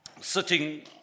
sitting